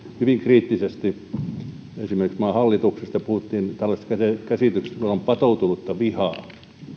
hyvin kriittisesti esimerkiksi maan hallituksesta ja puhuttiin tällaisesta käsityksestä että on patoutunutta vihaa